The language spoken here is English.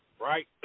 right